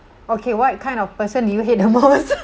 okay what kind of person do you hate the most